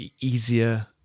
easier